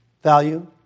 value